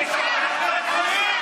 תתביישו.